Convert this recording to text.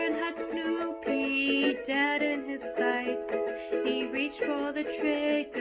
and had snoopy dead in his sights he reached for the trigger